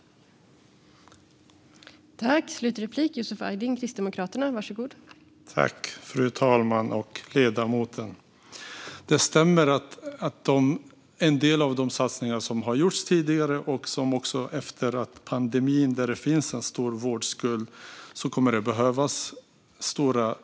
Den frågan vill jag höra ett svar på.